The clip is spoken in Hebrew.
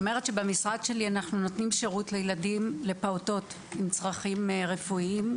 במשרד שלי אנחנו נותנים שירות לפעוטות גם עם צרכים רפואיים